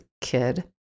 kid